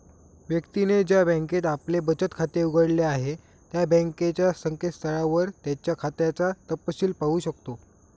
व्यक्तीने ज्या बँकेत आपले बचत खाते उघडले आहे त्या बँकेच्या संकेतस्थळावर त्याच्या खात्याचा तपशिल पाहू शकतो